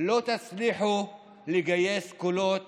לא תצליחו לגייס קולות